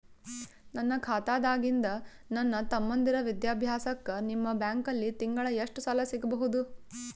ನನ್ನ ಖಾತಾದಾಗಿಂದ ನನ್ನ ತಮ್ಮಂದಿರ ವಿದ್ಯಾಭ್ಯಾಸಕ್ಕ ನಿಮ್ಮ ಬ್ಯಾಂಕಲ್ಲಿ ತಿಂಗಳ ಎಷ್ಟು ಸಾಲ ಸಿಗಬಹುದು?